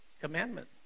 Commandment